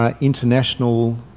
international